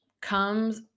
comes